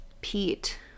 Pete